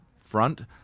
front